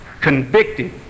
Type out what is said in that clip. convicted